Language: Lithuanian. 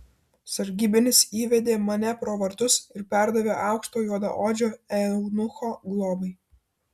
sargybinis įvedė mane pro vartus ir perdavė aukšto juodaodžio eunucho globai